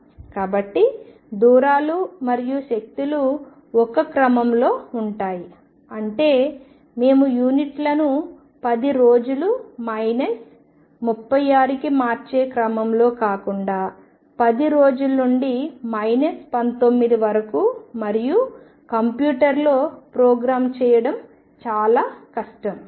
కాబట్టి దూరాలు మరియు శక్తులు 1 క్రమంలో ఉంటాయి అంటే మేము యూనిట్లను 10 రోజులు మైనస్ 36కి మార్చే క్రమంలో కాకుండా 10 రోజుల నుండి మైనస్ 19 వరకు మరియు కంప్యూటర్లో ప్రోగ్రామ్ చేయడం చాలా కష్టం